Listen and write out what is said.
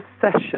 session